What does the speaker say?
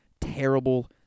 terrible